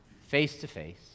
face-to-face